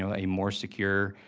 um a more secure,